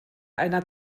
einer